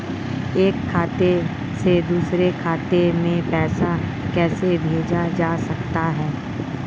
एक खाते से दूसरे खाते में पैसा कैसे भेजा जा सकता है?